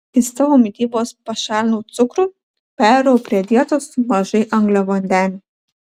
iš savo mitybos pašalinau cukrų perėjau prie dietos su mažai angliavandenių